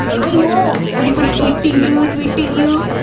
i know everybody tweeting you, sweeting you.